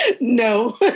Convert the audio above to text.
No